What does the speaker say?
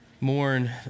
mourn